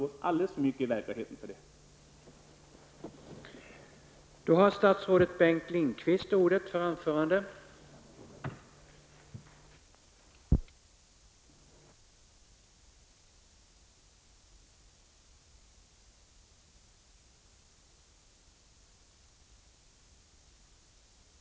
Jag umgås alldeles för mycket i verkligheten för att förstå det.